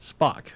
Spock